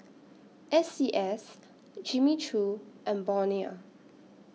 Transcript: S C S Jimmy Choo and Bonia